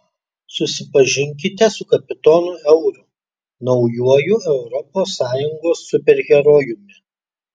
susipažinkite su kapitonu euru naujuoju europos sąjungos superherojumi